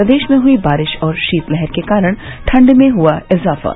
प्रदेश में हई बारिश और शीतलहर के कारण ठण्ड में हआ इजाफा